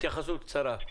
התייחסות קצרה.